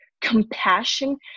Compassion